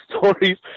stories